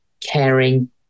caring